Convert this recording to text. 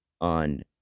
on